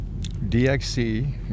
DXC